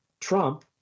Trump